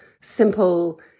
simple